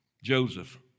Joseph